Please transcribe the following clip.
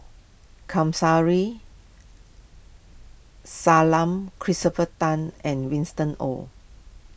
Kamsari Salam Christopher Tan and Winston Oh